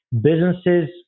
businesses